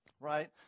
right